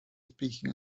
speaking